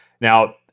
Now